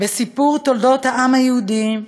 בסיפור תולדות העם היהודי,